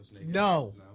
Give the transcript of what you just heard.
No